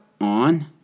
on